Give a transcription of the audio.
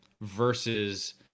versus